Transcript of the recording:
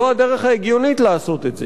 זו הדרך ההגיונית לעשות את זה.